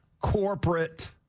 corporate